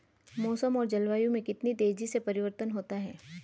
मौसम और जलवायु में कितनी तेजी से परिवर्तन होता है?